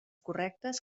correctes